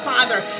Father